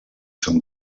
són